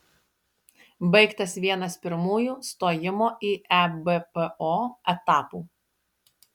baigtas vienas pirmųjų stojimo į ebpo etapų